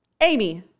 Amy